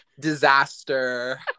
disaster